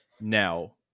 Now